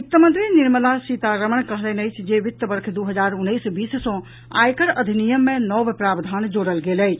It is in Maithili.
वित्तमंत्री निर्मला सीतारमण कहलनि अछि जे वित्त वर्ष दू हजार उन्नैस बीस सँ आयकर अधिनियम मे नव प्रावधान जोड़ल गेल अछि